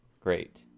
Great